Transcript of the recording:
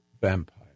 vampire